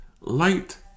Light